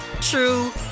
true